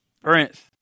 Prince